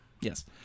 Yes